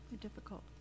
difficult